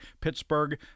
Pittsburgh